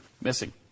Missing